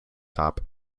top